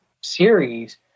series